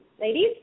ladies